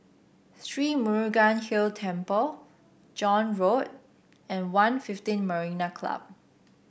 Sri Murugan Hill Temple John Road and One fifteen Marina Club